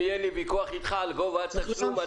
אם יהיה לי ויכוח איתך על גובה התשלום,